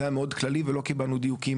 זה היה מאוד כללי ולא קיבלנו דיוקים,